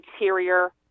interior